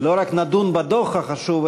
לא רק נדון בדוח החשוב,